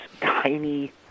tiny